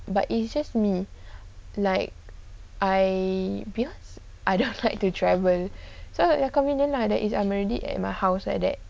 but it's just me like I because I don't like to travel so you are convenient lah that I'm already at my house like that